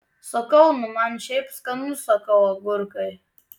sakau nu man šiaip skanu sakau agurkai